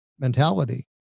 mentality